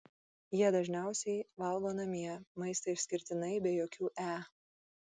jie dažniausiai valgo namie maistą išskirtinai be jokių e